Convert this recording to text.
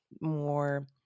more